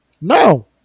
No